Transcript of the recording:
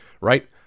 right